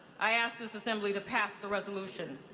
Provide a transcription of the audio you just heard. i ask this assembly to pass the resolution.